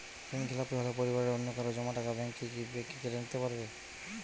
ঋণখেলাপি হলে পরিবারের অন্যকারো জমা টাকা ব্যাঙ্ক কি ব্যাঙ্ক কেটে নিতে পারে?